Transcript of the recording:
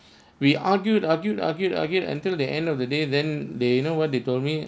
we argued argued argued argued until the end of the day then they you know what they told me